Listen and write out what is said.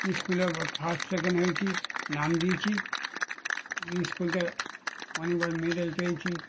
স্কুলে first second হয়েছি নাম দিয়েছি স্কুল থেকে অনেকবার মেডেল পেয়েছি